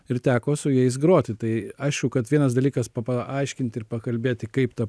ir teko su jais groti tai aišku kad vienas dalykas pa paaiškinti ir pakalbėti kaip tą